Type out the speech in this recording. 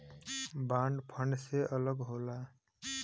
bond fund से अलग होला